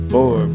Four